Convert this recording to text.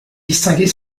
distinguer